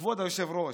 כבוד היושב-ראש,